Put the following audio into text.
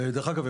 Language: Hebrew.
ודרך אגב,